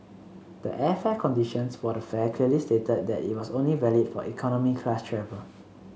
the airfare conditions for the fare clearly stated that it was only valid for economy class travel